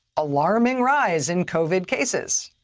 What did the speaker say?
alarming rise in covid cases.